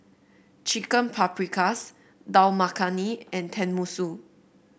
Chicken Paprikas Dal Makhani and Tenmusu